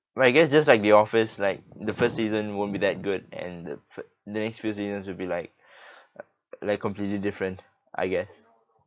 but I guess just like the office like the first season won't be that good and the the next few seasons will be like like completely different I guess